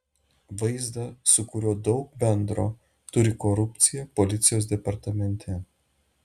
vaizdą su kuriuo daug bendro turi korupcija policijos departamente